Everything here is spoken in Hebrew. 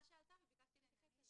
זו הצעה שעלתה וביקשתי להתייחס לזה.